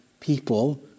people